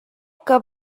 que